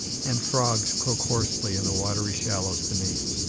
and frogs croak hoarsely in the watery shallows beneath.